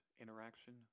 interaction